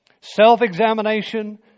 self-examination